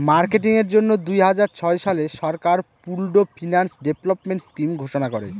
marketing এর জন্য দুই হাজার ছয় সালে সরকার পুল্ড ফিন্যান্স ডেভেলপমেন্ট স্কিম ঘোষণা করে